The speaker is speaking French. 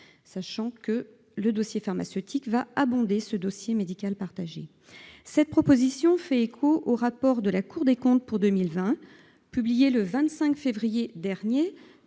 partagé. Or le dossier pharmaceutique abondera le dossier médical partagé. Cette proposition fait écho au rapport de la Cour des comptes pour 2020 publié le 25 février dernier